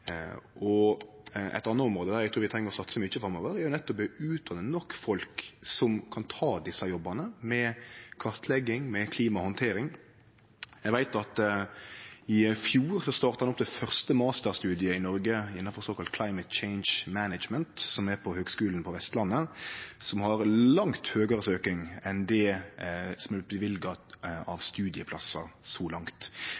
anna eg trur vi treng å satse mykje på framover, er nettopp å utdanne nok folk som kan ta desse jobbane med kartlegging, med klimahandtering. Eg veit at i fjor starta ein opp det første masterstudiet i Noreg innanfor såkalla «climate change management», på Høgskulen på Vestlandet, som har langt høgare søking enn talet på studieplassar som det er